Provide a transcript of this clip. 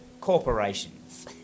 corporations